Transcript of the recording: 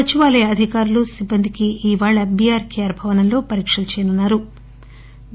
సచివాలయ అధికారులు సిబ్బందికి ఇవాళ బీఆర్కే భవన్లో పరీక్షలు చేయనున్నా రు